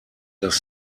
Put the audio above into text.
das